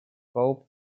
pope